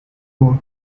goat